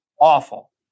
awful